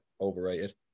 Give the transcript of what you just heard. overrated